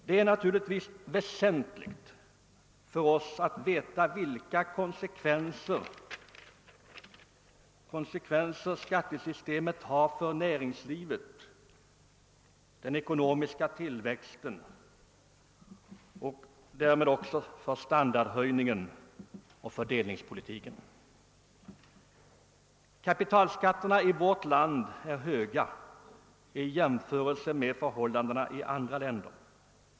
Det är naturligtvis väsentligt för oss att veta vilka konsekvenser skattesystemet har för näringslivet, för den ekonomiska tillväxten och därmed också för standardhöjningen och fördelningspolitiken. Kapitalskatterna i vårt land är höga i jämförelse med skatterna i andra länder.